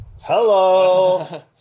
Hello